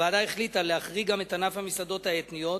הוועדה החליטה להחריג גם את ענף המסעדות האתניות,